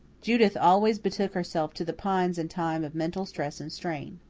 judith always betook herself to the pines in time of mental stress and strain.